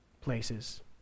places